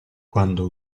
quando